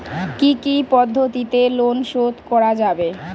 কি কি পদ্ধতিতে লোন শোধ করা যাবে?